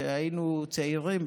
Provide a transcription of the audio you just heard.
כשהיינו צעירים,